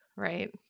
right